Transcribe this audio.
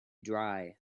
dry